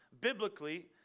biblically